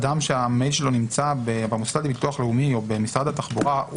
אדם שהמייל שלו נמצא במוסד לביטוח לאומי או במשרד התחבורה,